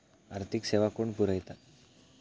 आर्थिक सेवा कोण पुरयता?